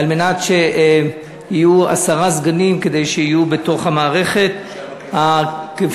על מנת שיהיו בתוך המערכת עשרה סגנים,